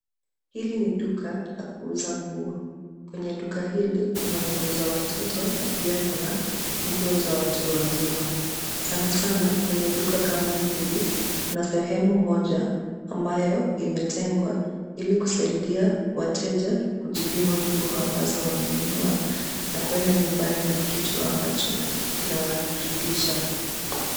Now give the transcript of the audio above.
Hili ni duka la kuuza nguo. Kwenye duka hili kuna nguo za watoto wa pia kuna nguo za watu wazima. Sana sana kwenye duka kama hili kuna sehemu moja ambayo imetengwa ili kusaidia wateja kujipima nguo ambazo wamenunua na kuenda nyumbani na kitu ambacho kinawaridhisha.